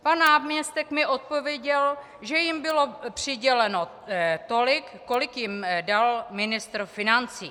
Pan náměstek mi odpověděl, že jim bylo přiděleno tolik, kolik jim dal ministr financí.